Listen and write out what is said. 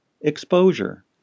exposure